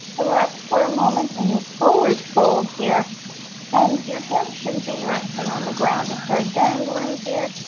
relax for a moment in your forward fold here and your hand should be resting on the ground if they're dangling here.